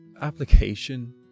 application